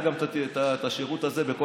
תשאל אותו על